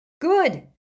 Good